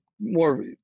more